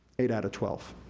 eight out of twelve.